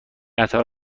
قطار